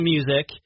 Music